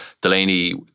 Delaney